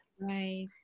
Right